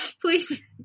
please